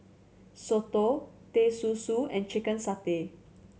soto Teh Susu and chicken satay